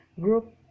group